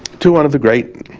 to one of the great